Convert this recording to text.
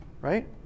Right